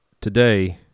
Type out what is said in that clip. today